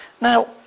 Now